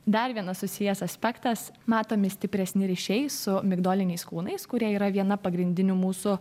dar vienas susijęs aspektas matomi stipresni ryšiai su migdoliniais kūnais kurie yra viena pagrindinių mūsų